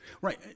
right